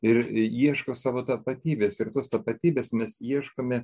ir ieško savo tapatybės ir tos tapatybės mes ieškome